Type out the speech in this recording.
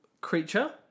creature